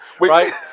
right